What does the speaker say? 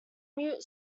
mute